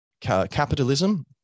capitalism